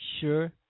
sure